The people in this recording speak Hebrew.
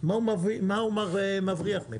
מה הוא מבריח מפה?